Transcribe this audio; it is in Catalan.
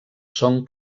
són